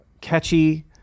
catchy